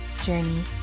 journey